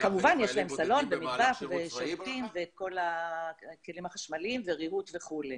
כמובן יש להם סלון ומטבח ושירותים ואת כל הכלים החשמליים וריהוט וכולי.